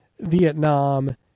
Vietnam